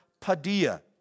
padia